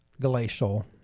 glacial